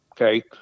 Okay